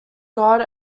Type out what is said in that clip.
god